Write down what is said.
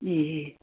ए